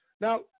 Now